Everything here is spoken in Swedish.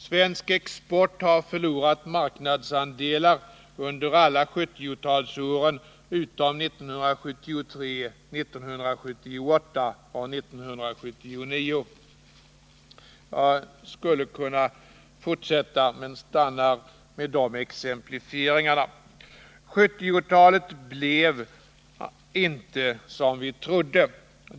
Svensk export har förlorat marknadsandelar under alla 70-talsåren utom 1973, 1978 och 1979. Jag skulle kunna fortsätta men stannar vid dessa exemplifieringar. 1970-talet blev inte som vi trodde.